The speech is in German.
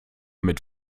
mit